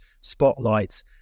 spotlights